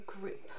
group